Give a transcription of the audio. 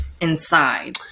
inside